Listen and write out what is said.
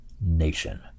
nation